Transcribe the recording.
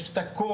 יש את הכל,